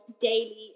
daily